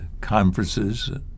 conferences